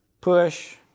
push